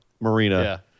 Marina